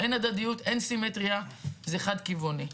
אין הדדיות, אין סימטריה, זה חד-כיווני.